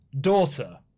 daughter